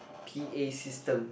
p_a system